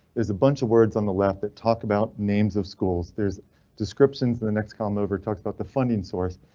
there's a bunch of words on the left that talk about names of schools. there's descriptions in the next column, over talks about the funding source,